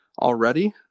already